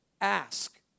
Ask